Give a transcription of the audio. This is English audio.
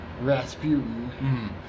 Rasputin